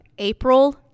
April